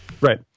Right